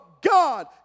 God